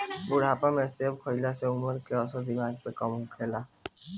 बुढ़ापा में सेब खइला से उमर के असर दिमागी पे कम होखेला